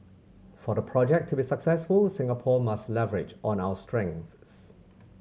for the project to be successful Singapore must leverage on our strengths